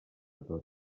tots